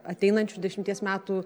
ateinančių dešimties metų